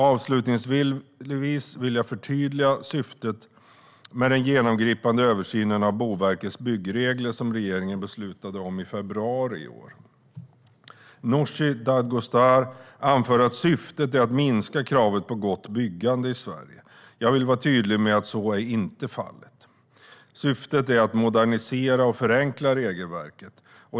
Avslutningsvis vill jag förtydliga syftet med den genomgripande översynen av Boverkets byggregler som regeringen beslutade om i februari i år. Nooshi Dadgostar anför att syftet är att minska kravet på gott byggande i Sverige. Jag vill vara tydlig med att så inte är fallet. Syftet är att modernisera och förenkla regelverket.